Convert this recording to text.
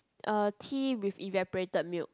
uh tea with evaporated milk